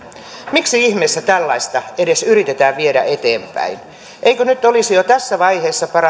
miksi ihmeessä tällaista edes yritetään viedä eteenpäin eikö nyt olisi jo tässä vaiheessa